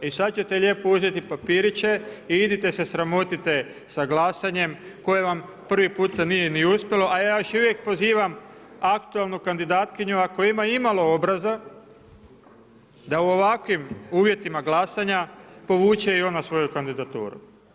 I sad ćete lijepo uzeti papiriće i idite se sramotite sa glasanjem koje vam prvi puta nije ni uspjelo, a ja još uvijek pozivam aktualnu kandidatkinju ako ima i malo obraza da u ovakvim uvjetima glasanja povuče i ona svoju kandidaturu.